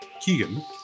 Keegan